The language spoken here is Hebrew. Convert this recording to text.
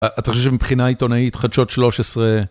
אתה חושב שמבחינה עיתונאית חדשות 13